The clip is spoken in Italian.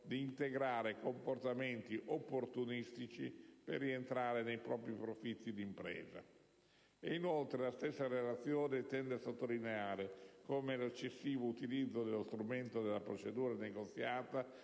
di integrare comportamenti opportunistici per rientrare nei propri profitti di impresa». Inoltre, la stessa relazione tende a sottolineare come l'eccessivo utilizzo dello strumento della procedura negoziata,